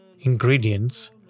ingredients